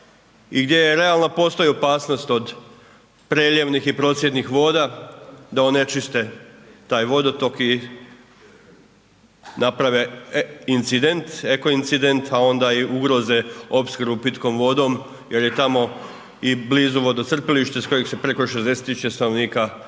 gdje je realno postoji opasnost od preljevnih i procjednih voda da onečiste taj vodotok i naprave incident, eko incident a onda i ugroze opskrbu pitkom vodom jer je tamo i blizu vodocrpilište s kojeg se preko 60.000 stanovnika dobiva